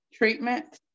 Treatment